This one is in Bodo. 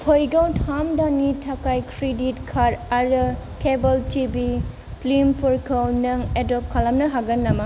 फैगौ थाम दाननि थाखाय क्रेडिट कार्ड आरो केबोल टि भि फिल्म फोरखौ नों एदब खालामनो हागोन नामा